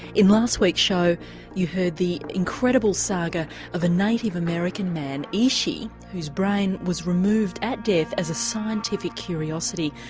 in last week's show you heard the incredible saga of a native american man, ishi, whose brain was removed at death as a scientific curiosity,